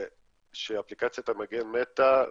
שאפליקציית המגן מתה -- הומתה.